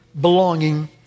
belonging